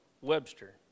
Webster